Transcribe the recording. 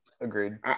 Agreed